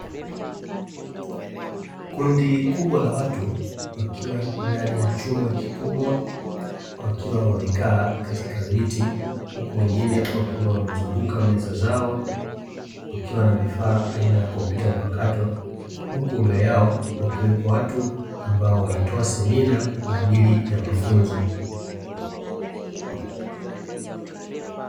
Kundi kubwa la watu wakiwa ndani ya chumba kikubwa, wakiwa wamekaa katika viti. Huku wengine wakiwa wamezunguka meza zao, wakiwa na vifaa aina ya kompyuta mpakato. Huku mbele yao wakiwepo watu ambao wanatoa semina kwa ajili ya mafunzo.